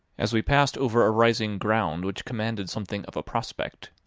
as we passed over a rising ground which commanded something of a prospect,